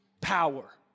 power